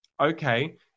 okay